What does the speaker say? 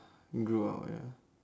you grow out ya